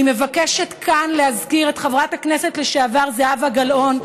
אני מבקשת כאן להזכיר את חברת הכנסת לשעבר זהבה גלאון,